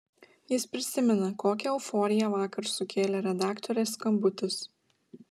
jis prisimena kokią euforiją vakar sukėlė redaktorės skambutis